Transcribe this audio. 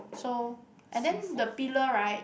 so and then the pillar right